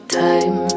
time